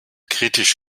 kritisch